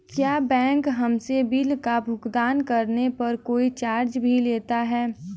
क्या बैंक हमसे बिल का भुगतान करने पर कोई चार्ज भी लेता है?